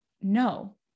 no